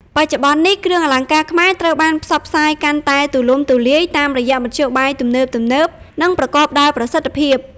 បច្ចុប្បន្ននេះ គ្រឿងអលង្ការខ្មែរត្រូវបាន ផ្សព្វផ្សាយកាន់តែទូលំទូលាយ តាមរយៈមធ្យោបាយទំនើបៗ និងប្រកបដោយប្រសិទ្ធភាព។